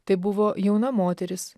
tai buvo jauna moteris